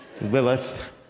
Lilith